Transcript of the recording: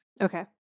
Okay